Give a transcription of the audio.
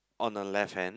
on the left hand